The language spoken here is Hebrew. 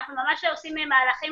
אנחנו ממש עושים מהלכים,